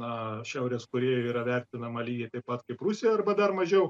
na šiaurės korėjoj yra vertinama lygiai taip pat kaip rusijoj arba dar mažiau